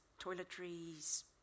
toiletries